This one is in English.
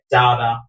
data